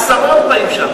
עשרות באים לשם,